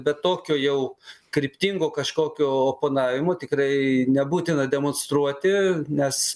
bet tokio jau kryptingo kažkokio oponavimo tikrai nebūtina demonstruoti nes